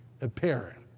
apparent